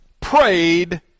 prayed